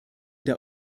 der